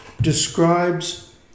describes